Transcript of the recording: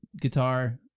guitar